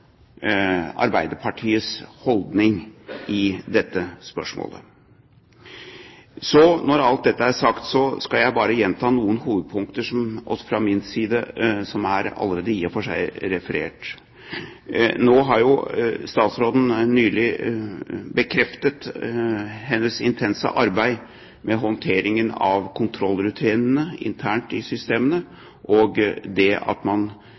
Arbeiderpartiets holdning i dette spørsmålet. Når alt dette er sagt, skal jeg bare gjenta noen hovedpunkter fra min side som allerede i og for seg er referert. Nå har statsråden nylig bekreftet sitt intense arbeid med håndteringen av kontrollrutinene internt i systemene og at man